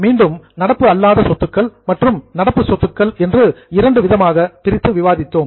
மீண்டும் நான் current assets நடப்பு அல்லாத சொத்துக்கள் மற்றும் கரண்ட் அசட் நடப்பு சொத்துக்கள் என்று இரண்டு விதமாக பிரித்து விவாதித்தோம்